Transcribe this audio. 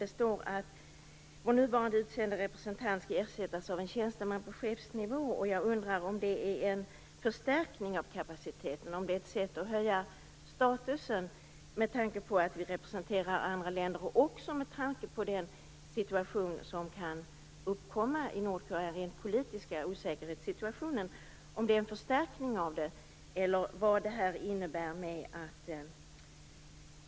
Det står i svaret att vår nuvarande utsände representant skall ersättas av en tjänsteman på chefsnivå. Är det en förstärkning av kapaciteten och ett sätt att höja statusen med tanke på att vi representerar andra länder och också med tanke på den politiska osäkerhetssituation som kan uppkomma i Nordkorea?